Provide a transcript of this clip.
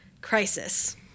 crisis